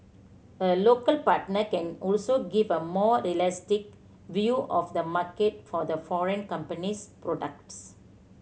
a local partner can also give a more realistic view of the market for the foreign company's products